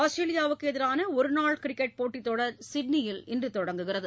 ஆஸ்திரேலியாவுக்கு எதிரான ஒருநாள் கிரிக்கெட் போட்டித்தொடர் சிட்னியில் இன்று தொடங்குகிறது